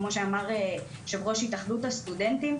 כמו שאמר יושב-ראש התאחדות הסטודנטים,